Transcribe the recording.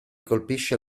colpisce